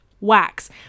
wax